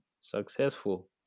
successful